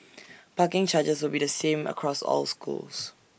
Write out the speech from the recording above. parking charges will be the same across all schools